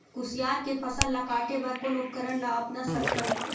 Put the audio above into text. कुसियार के फसल ला काटे बर कोन उपकरण ला अपना सकथन?